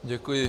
Děkuji.